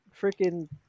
freaking